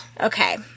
Okay